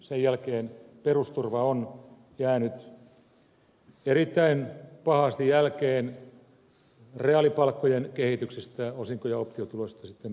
sen jälkeen perusturva on jäänyt erittäin pahasti jälkeen reaalipalkkojen kehityksestä osinko ja optiotuloista sitten puhumattakaan